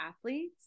athletes